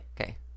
Okay